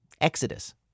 Exodus